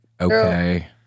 okay